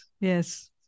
yes